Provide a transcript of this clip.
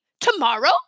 Tomorrow